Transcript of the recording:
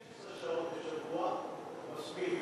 16 שעות בשבוע, מספיק.